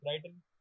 Brighton